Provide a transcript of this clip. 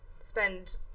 spend